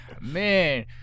Man